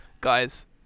guys